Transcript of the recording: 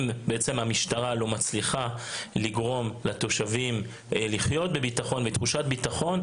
אם בעצם המשטרה לא מצליחה לגרום לתושבים לחיות בתחושת ביטחון,